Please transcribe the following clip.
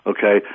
Okay